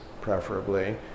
preferably